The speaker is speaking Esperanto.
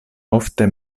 ofte